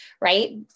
right